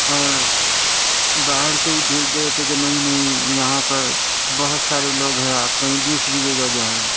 اور باہر سے ہی بھیج دیے جا کہ نہیں نہیں یہاں پر بہت سارے لوگ ہیں آپ کہیں دوسری جگہ جائیں